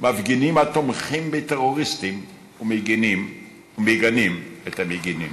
מפגינים התומכים בטרוריסטים ומגנים את המגִנים,